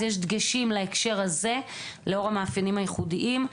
יש דגשים להקשר הזה, לאור המאפיינים הייחודיים.